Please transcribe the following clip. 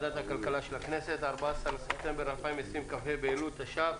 של הכנסת, 14 בספטמבר 2020, כ"ה באלול תש"ף.